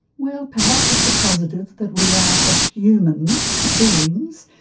well, perhaps it's a positive that we are such human beings,